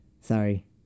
Sorry